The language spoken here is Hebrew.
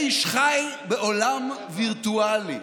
האיש חי בעולם וירטואלי,